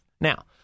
Now